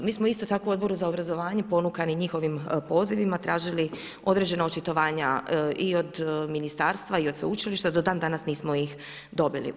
Mi smo isto tako Odboru za obrazovanje ponukani njihovim pozivima, tražili određena očitovanja i od ministarstva i od sveučilišta, do dandanas nismo ih dobili.